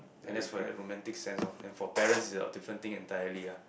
then that's for like romantic sense lor and for parents is like different thing entirely ah